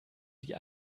die